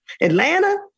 Atlanta